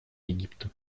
египта